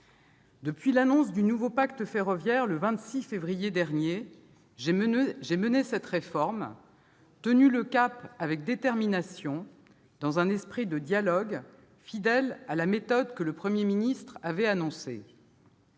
Depuis l'annonce du nouveau pacte ferroviaire, le 26 février dernier, j'ai mené cette réforme, tenu le cap avec détermination, dans un esprit de dialogue, fidèle à la méthode que le Premier ministre avait annoncée.